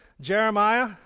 Jeremiah